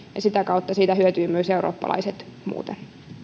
sitä kautta siitä hyötyvät myös eurooppalaiset muuten